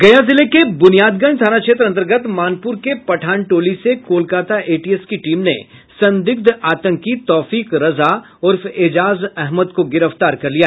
गया जिले के बुनियादगंज थाना क्षेत्र अंतर्गत मानपुर के पठान टोली से कोलकाता एटीएस की टीम ने संदिग्ध आतंकी तौफीक रजा उर्फ एजाज अहमद को गिरफ्तार कर लिया